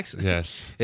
Yes